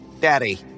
...Daddy